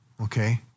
okay